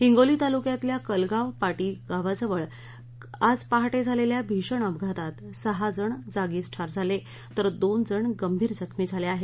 हिंगोली तालुक्यातल्या कलगाव पाटी गावाजवळ आज पहाटे झालेल्या भीषण अपघातात सहा जण जागीच ठार झाले तर दोन जण गंभीर जखमी झाले आहेत